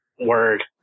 word